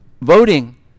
voting